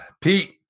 Pete